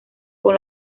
con